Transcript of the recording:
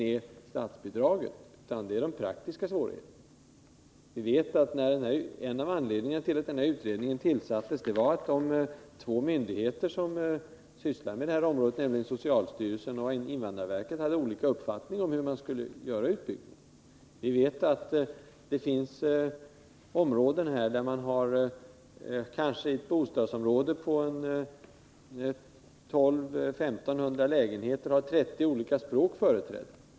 Den stora svårigheten är av praktisk art. En av anledningarna till att utredningen tillsattes var att de två myndigheter som är verksamma på det här området, socialstyrelsen och invandrarverket, hade olika uppfattriing om hur man skulle bygga ut hemspråksundervisningen. Vi vet ju att det finns kommuner där man inom ett område på kanske 1 200 å 1500 lägenheter har 30 olika språk företrädda.